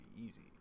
easy